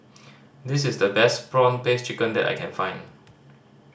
this is the best prawn paste chicken that I can find